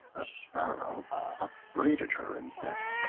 a sparrow upbraided her and said,